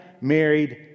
married